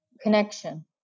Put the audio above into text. connection